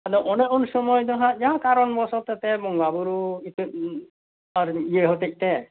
ᱟᱫᱚ ᱚᱱᱮ ᱩᱱ ᱥᱚᱢᱚᱭ ᱫᱚ ᱦᱟᱸᱜ ᱡᱟᱦᱟ ᱠᱟᱨᱚᱱ ᱵᱚᱥᱚᱛᱚ ᱛᱮ ᱵᱚᱝᱜᱟ ᱵᱩᱨᱩ ᱤᱴᱟᱹ ᱤ ᱟᱨ ᱤᱭᱟᱹ ᱦᱚᱛᱮᱫᱼᱛᱮ